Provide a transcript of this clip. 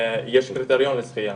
יש קריטריון לזכייה.